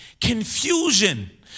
confusion